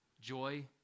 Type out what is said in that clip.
joy